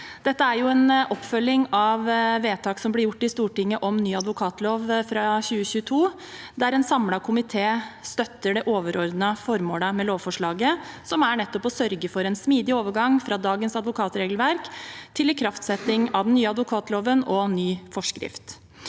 Dette er en oppfølging av vedtak som ble gjort i Stortinget om ny advokatlov, fra 2022, der en samlet komité støtter det overordnede formålet med lovforslaget, som nettopp er å sørge for en smidig overgang fra dagens advokatregelverk til ikraftsetting av den nye advokatloven og ny forskrift.